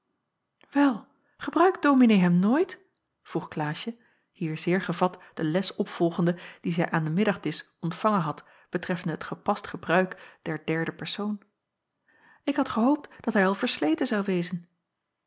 wel gebruikt dominee hem nooit vroeg klaasje hier zeer gevat de les opvolgende die zij aan den middagdisch ontvangen had betreffende het gepast gebruik der derde persoon ik had gehoopt dat hij al versleten zou wezen